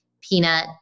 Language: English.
peanut